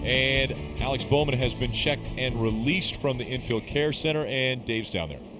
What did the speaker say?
and alex bowman has been checked and released from the infield care center, and dave is down there.